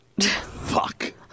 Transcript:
Fuck